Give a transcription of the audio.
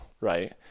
right